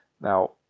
Now